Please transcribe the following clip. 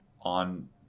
on